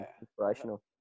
inspirational